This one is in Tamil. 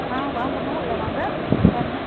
ஆ வாங்கம்மா உள்ளே வாங்க உட்காருங்க